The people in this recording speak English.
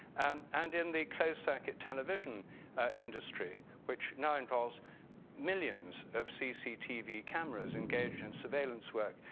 and in the close circuit television industry which now involves millions of cctv cameras engaged in surveillance work.